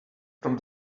from